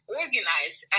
organized